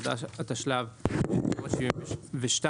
התשל"ב-1972 (להלן,